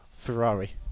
Ferrari